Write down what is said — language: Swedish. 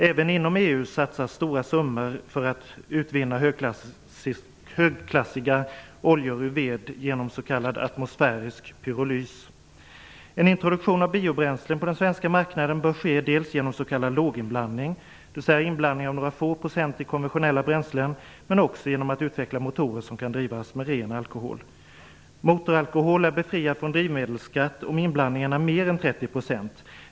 Även inom EU satsas stora summor på att utvinna högklassiga oljor ur ved genom s.k. atmosfärisk pyrolys. En introduktion av biobränslen på den svenska marknaden bör ske dels genom s.k. låginblandning, dvs. inblandning av några få procent i konventionella bränslen, men också genom att utveckla motorer som kan drivas med ren alkohol. Motoralkohol är befriad från drivmedelsskatt om inblandningen är mer än 30 %.